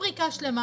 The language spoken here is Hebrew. רובריקה שלמה.